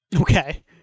Okay